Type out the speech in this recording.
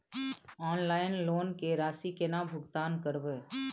Online loan के राशि केना भुगतान करबे?